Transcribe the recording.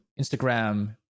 instagram